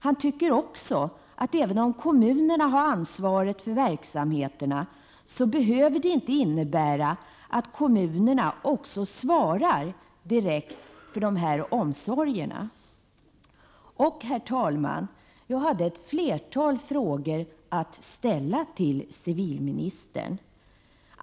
Han tycker också, att även om kommunerna har ansvaret för verksamheterna så behöver det inte innebära att kommunerna också svarar direkt för dessa omsorger. Herr talman! Jag hade ett flertal frågor att ställa till civilministern.